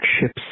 ships